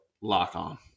lock-on